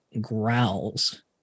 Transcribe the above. growls